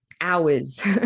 hours